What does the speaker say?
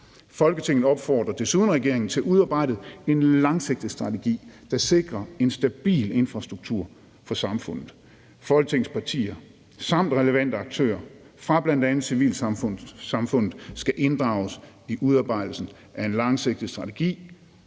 Folketinget opfordrer desuden regeringen til at udarbejde en langsigtet strategi, der sikrer en stabil infrastruktur for civilsamfundet. Folketingets partier samt relevante aktører fra bl.a. civilsamfundet skal inddrages i udarbejdelsen af en langsigtet strategi